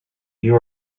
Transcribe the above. you